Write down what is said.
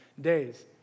days